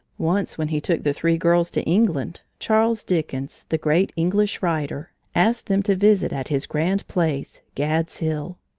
once when he took the three girls to england, charles dickens, the great english writer, asked them to visit at his grand place, gads hill.